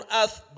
earth